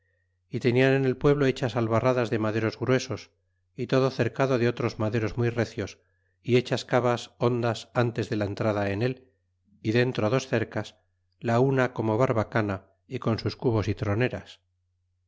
y tenian en el pueblo hechas albarradas de maderos gruesos y todo cercado de otros maderos muy recios y hechas cabas hondas ntes de la entrada en él y dentro dos cercas ja una como barbacana y con sus cubos y troneras